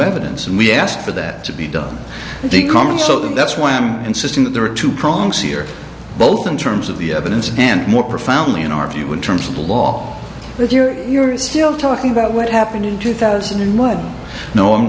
evidence and we ask for that to be done in the common so that's why i'm insisting that there are two prongs here both in terms of the evidence and more profoundly in our view would terms of the law that you're you're still talking about what happened in two thousand and one no i'm